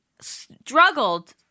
struggled